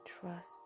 trust